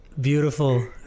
beautiful